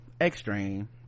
extreme